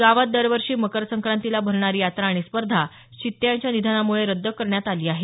गावात दरवर्षी मकर संक्रांतीला भरणारी यात्रा आणि स्पर्धा चित्ते यांच्या निधनामुळे रद्द करण्यात आली आहे